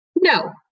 No